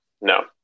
No